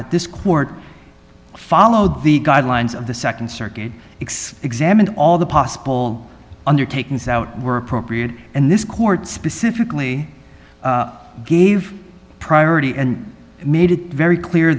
that this court followed the guidelines of the nd circuit expect sam and all the possible undertakings out were appropriate and this court specifically gave priority and made it very clear